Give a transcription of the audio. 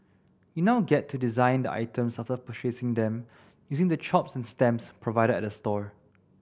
you now get to design the items after purchasing them using the chops and stamps provided at the store